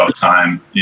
time